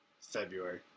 February